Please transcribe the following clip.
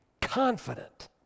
confident